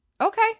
Okay